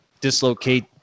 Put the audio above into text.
dislocate